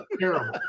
terrible